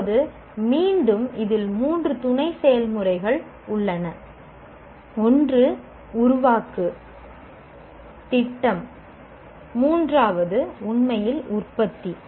இப்போது மீண்டும் இதில் மூன்று துணை செயல்முறைகள் உள்ளன ஒன்று உருவாக்கு திட்டம் மூன்றாவது உண்மையில் உற்பத்தி